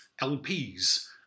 LPs